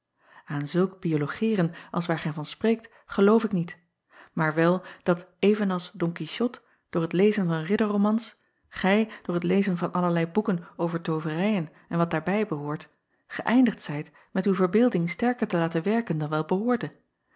an zulk biologeeren als waar gij van spreekt geloof ik niet maar wel dat even als on uichot door t lezen van ridderromans gij door t lezen van allerlei boeken over tooverijen en wat daarbij behoort geëindigd zijt met uw verbeelding sterker te laten werken dan wel behoorde